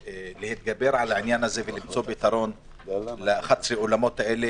להתגבר על עניין האולמות ולמצוא פתרון ל-11 אולמות האלה,